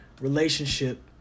relationship